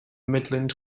midland